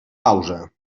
pausa